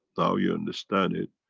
now you understand it.